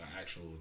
actual